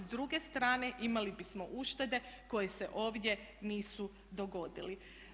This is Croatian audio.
S druge strane imali bismo uštede koje se ovdje nisu dogodile.